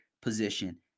position